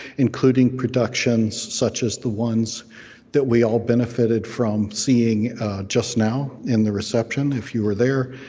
including productions such as the ones that we all benefited from seeing just now in the reception if you were there,